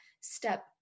step